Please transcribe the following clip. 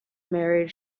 married